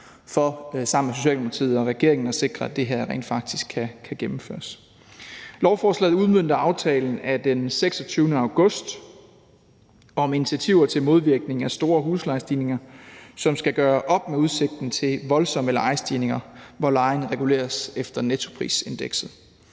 for sammen med Socialdemokratiet og regeringen at sikre, at det her rent faktisk kan gennemføres. Lovforslaget udmønter aftalen af den 26. august om initiativer til modvirkning af store huslejestigninger, som skal gøre op med udsigten til voldsomme lejestigninger, hvor lejen reguleres efter nettoprisindekset.